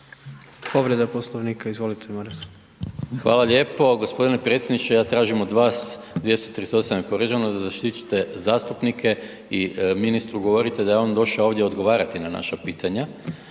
Hvala lijepo. Gospodine predsjedniče, ja tražim od vas, 238. je povrijeđen da zaštite zastupnike i ministru govorite da je on došao ovdje odgovarati na naša pitanja,